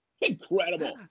incredible